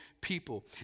people